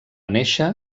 néixer